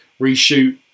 reshoot